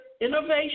innovation